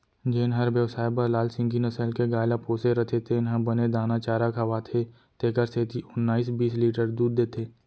जेन हर बेवसाय बर लाल सिंघी नसल के गाय ल पोसे रथे तेन ह बने दाना चारा खवाथे तेकर सेती ओन्नाइस बीस लीटर दूद देथे